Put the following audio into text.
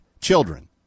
children